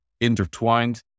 intertwined